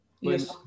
yes